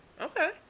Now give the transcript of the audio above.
Okay